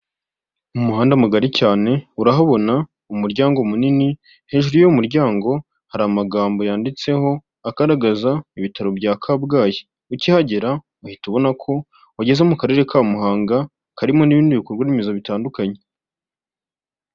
Umuhanda mugari cyane urahabona umuryango munini, hejuru y'umuryango hari amagambo yanditseho agaragaza ibitaro bya Kabgayi, ukihagera uhita ubona ko wageze mu karere ka Muhanga karimo n'ibindi bikorwa remezo bitandukanye.